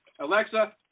Alexa